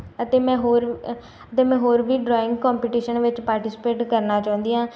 ਅਤੇ ਮੈਂ ਹੋਰ ਅਤੇ ਮੈਂ ਹੋਰ ਵੀ ਡਰਾਇੰਗ ਕੰਪਟੀਸ਼ਨ ਵਿੱਚ ਪਾਰਟੀਸਪੇਟ ਕਰਨਾ ਚਾਹੁੰਦੀ ਹਾਂ